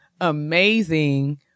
amazing